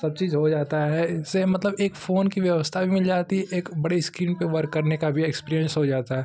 सब चीज हो जाता है जैसे मतलब एक फ़ोन की व्यवस्था भी मिल जाती है एक बड़े इस्क्रीन पर वर्क करने का भी एक्सपीरिएन्स हो जाता है